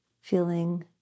feeling